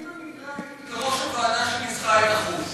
אני במקרה הייתי בראש הוועדה שניסחה את החוק.